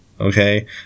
Okay